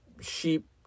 sheep